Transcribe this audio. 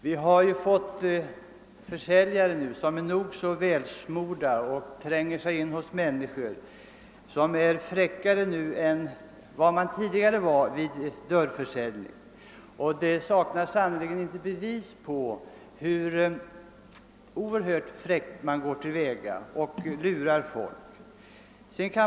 Vi har nu fått försäljare som har ett nog så välsmort munläder och som tränger sig in hos människor. De som säljer vid dörrarna nu är fräckare än försäljarna var tidigare, och det saknas sannerligen inte bevis för att de lurar folk.